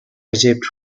egypt